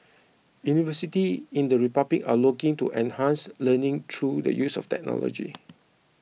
university in the republic are looking to enhance learning through the use of technology